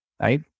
right